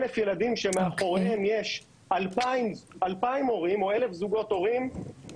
1,000 ילדים שמאחוריהם יש 2,000 הורים או 1,000 זוגות הורים,